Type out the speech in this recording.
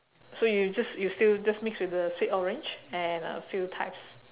so you just you still just mix with the sweet orange and a few types